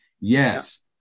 yes